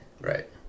Right